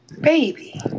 Baby